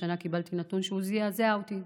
השנה קיבלתי נתון שזעזע אותי,